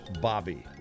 Bobby